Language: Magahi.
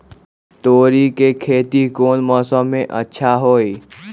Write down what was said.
तोड़ी के खेती कौन मौसम में अच्छा होई?